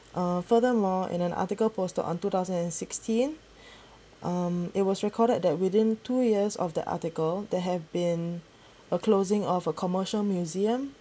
uh furthermore in an article posted on two thousand and sixteen um it was recorded that within two years of the article there have been a closing of a commercial museum